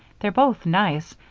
they're both nice,